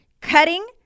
cutting